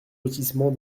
lotissement